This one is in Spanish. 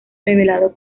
revelado